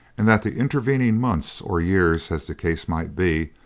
and that the intervening months or years as the case might be,